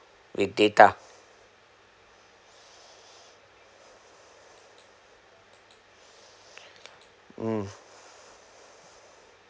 with data mm